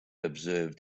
observed